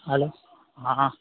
hello हाँ हाँ